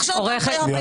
צריך לשנות את ההנחיה.